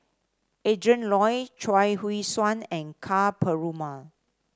Adrin Loi Chuang Hui Tsuan and Ka Perumal